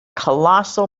colossal